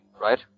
right